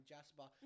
Jasper